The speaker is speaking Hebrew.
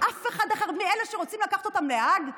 כי אף אחד מאלה שרוצים לקחת אותם להאג,